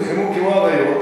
נלחמו כמו אריות.